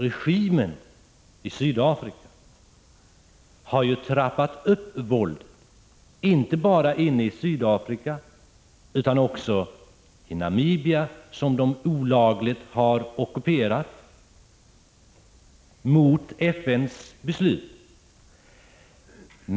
Regimen i Sydafrika har trappat upp våldet, inte bara inne i Sydafrika utan även i Namibia, som Sydafrika olagligt har ockuperat mot FN:s beslut.